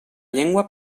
llengua